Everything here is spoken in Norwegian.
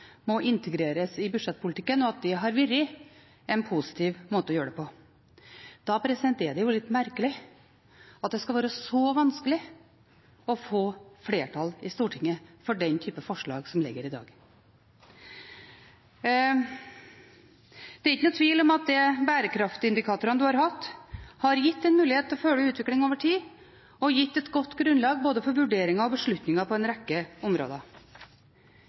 må integreres i budsjettpolitikken, og at dette har vært en positiv måte å gjøre det på. Da er det jo litt merkelig at det skal være så vanskelig å få flertall i Stortinget for den type forslag som ligger her i dag. Det er ingen tvil om at de bærekraftsindikatorene en har hatt, har gitt en mulighet til å følge utviklingen over tid og har gitt et godt grunnlag for både vurderinger og beslutninger på en rekke områder.